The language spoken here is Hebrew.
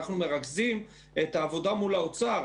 אנחנו מרכזים את העבודה מול האוצר,